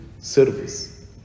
service